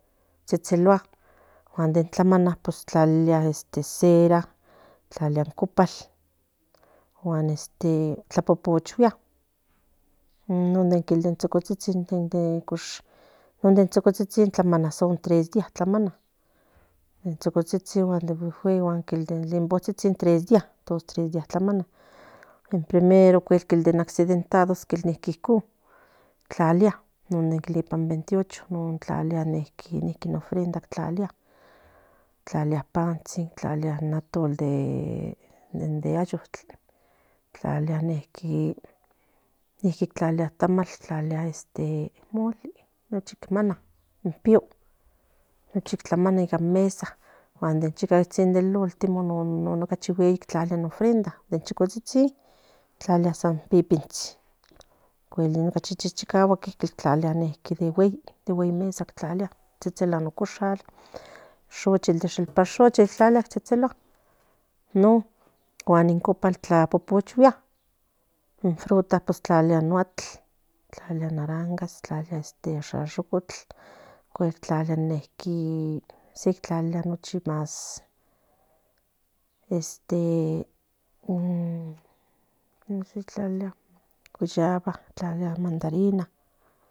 Tsetselua tlamana tlalilia cera cupal guan este tlapopolygua non de chochocotsin tlamana nos 3 días de limonstsitsin 3 días in accidentaros tlalia niqui icon den 28 tlalia in ofrenda tlalia panstsin atol den ayostl clalia tamal mole nochi mana in pio tlamana ica mesa in último nochi huei in ofrenda ocuel chichicaguatsin de güey mesa tsetselua in mesa non guan copal popochguial in fruta tlalia naraja tlalia nuchi este guayaba mandarina